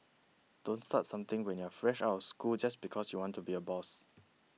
don't start something when you're fresh out of school just because you want to be a boss